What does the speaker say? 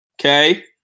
Okay